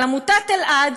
אבל עמותת אלע"ד,